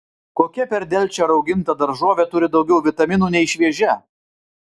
kokia per delčią rauginta daržovė turi daugiau vitaminų nei šviežia